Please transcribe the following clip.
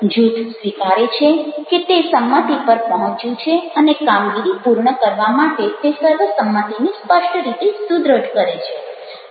જૂથ સ્વીકારે છે કે તે સંમતિ પર પહોંચ્યું છે અને કામગીરી પૂર્ણ કરવા માટે તે સર્વસંમતિને સ્પષ્ટ રીતે સુદ્રઢ કરે છે